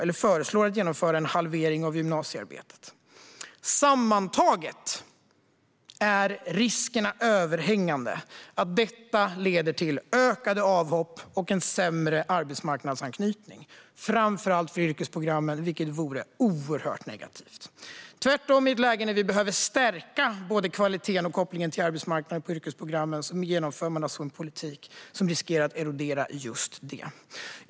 Man föreslår dessutom en halvering av gymnasiearbetet. Sammantaget är risken överhängande för att detta leder till ökade avhopp och en sämre arbetsmarknadsanknytning, framför allt när det gäller yrkesprogrammen, vilket vore oerhört negativt. I ett läge där vi behöver stärka både kvaliteten och kopplingen till arbetsmarknaden på yrkesprogrammen genomför man alltså en politik som riskerar att erodera just det.